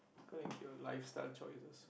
connect to your lifestyle choices